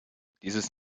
dieses